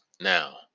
Now